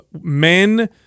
men